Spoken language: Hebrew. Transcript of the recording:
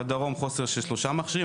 בדרום חוסר של שלושה מכשירים,